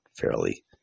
fairly